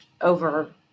over